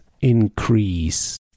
increase